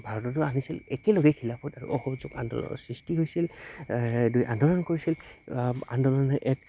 ভাৰততো আনিছিল একেলগে খিলাফত আৰু অসযোগ আন্দোলনৰ সৃষ্টি হৈছিল দুই আন্দোলন কৰিছিল আন্দোলনে এক